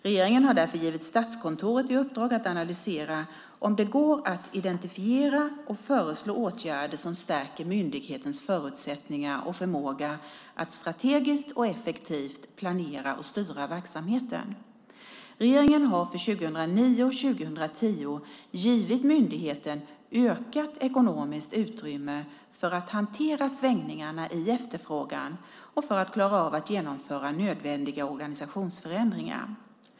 Regeringen har därför gett Statskontoret i uppdrag att analysera om det går att identifiera och föreslå åtgärder som stärker myndighetens förutsättningar och förmåga att strategiskt och effektivt planera och styra verksamheten. Regeringen har för 2009 och 2010 givit myndigheten ökat ekonomiskt utrymme för att hantera svängningarna i efterfrågan och för att klara av att genomföra nödvändiga organisationsförändringar.